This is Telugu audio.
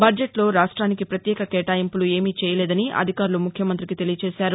బడ్జెట్లో రాష్ట్రానికి పత్యేక కేటాయింపులు ఏమీ చేయలేదని అధికారులు ముఖ్యమంతికి తెలిపారు